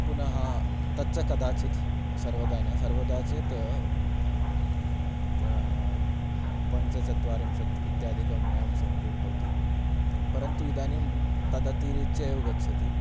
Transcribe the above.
पुनः तच्च कदाचित् सर्वदा न सर्वदा चेत् पञ्चचत्वारिंशत् इत्यादिकम् एवं समेपि भवति परन्तु इदानीं तदतिरिच्य एव गच्छति